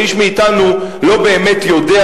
הרי איש מאתנו לא באמת יודע,